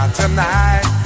tonight